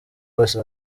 bose